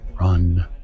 run